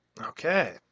Okay